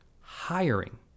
hiring